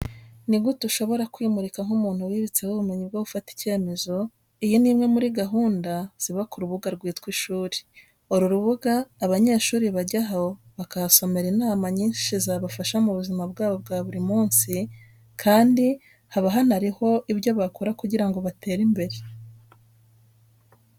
Ni gute ushobora kwimurika nk'umuntu wibitseho ubumenyi bwo gufata icyemezo? Iyi ni imwe muri gahunda ziba ku rubuga rwitwa ishuri. Uru rubuga abanyeshuri bajyaho bakahasomera inama nyinshi zabafasha mu buzima bwabo bwa buri munsi kandi haba hanariho ibyo bakora kugira ngo batere imbere.